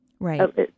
Right